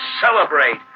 Celebrate